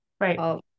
Right